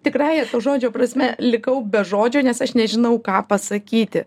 tikrąja žodžio prasme likau be žodžio nes nežinau ką pasakyti